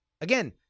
Again